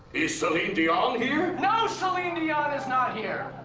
is celine dion here? no! celine dion is not here.